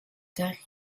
tard